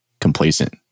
complacent